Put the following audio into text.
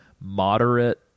moderate